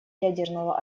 ядерного